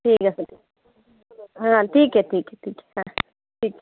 ঠিক আছে দিয়ক হাঁ ঠিক হে ঠিক হে ঠিক হে হাঁ ঠিক